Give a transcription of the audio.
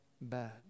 bad